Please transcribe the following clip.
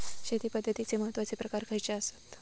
शेती पद्धतीचे महत्वाचे प्रकार खयचे आसत?